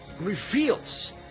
reveals